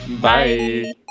Bye